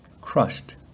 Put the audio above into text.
Crushed